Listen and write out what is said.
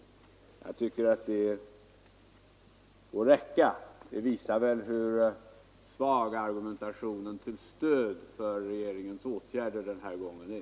Detta får räcka. Det visar väl hur svag argumentationen till stöd för regeringens åtgärder denna gång är.